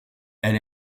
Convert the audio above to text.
elle